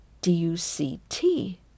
D-U-C-T